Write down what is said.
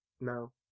No